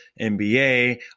NBA